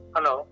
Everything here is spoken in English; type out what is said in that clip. Hello